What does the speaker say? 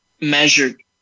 measured